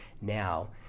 now